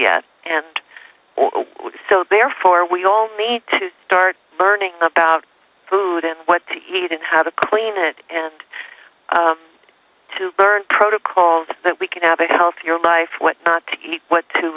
yet and so therefore we all need to start learning about food and what to eat and how to clean it and to learn protocols that we can have a healthier life what not to eat what to